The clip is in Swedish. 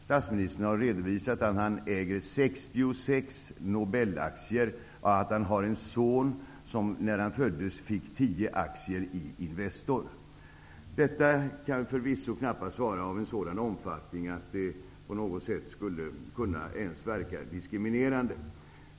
Statsministern har redovisat att han äger 66 Nobelaktier och att hans son vid dennes födelse fick 10 aktier i Investor. Detta kan förvisso knappast vara av en sådan omfattning att det på något sätt skulle ens verka diskriminerande.